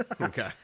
Okay